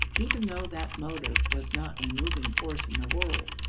even though that motive was not a moving force in the world.